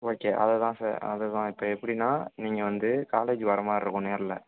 okay அதை தான் sir அதை தான் இப்போ எப்படினா நீங்கள் வந்து காலேஜ் வர மாதிரி இருக்கும் நேரில்